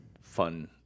fun